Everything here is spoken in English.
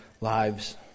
lives